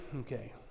Okay